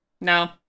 No